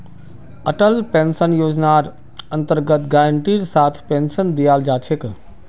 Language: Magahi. अटल पेंशन योजनार अन्तर्गत गारंटीर साथ पेन्शन दीयाल जा छेक